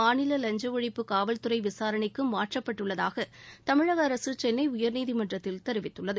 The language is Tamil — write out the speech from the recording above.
மாநில லஞ்ச ஒழிப்பு காவல்துறை விசாரணைக்கு மாற்றப்பட்டுள்ளதாக தமிழக அரசு சென்னை உயர்நீதிமன்றததில் தெரிவித்துள்ளது